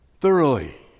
thoroughly